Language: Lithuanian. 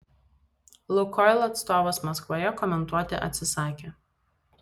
lukoil atstovas maskvoje komentuoti atsisakė